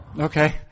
Okay